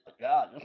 God